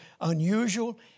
unusual